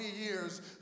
years